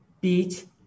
beat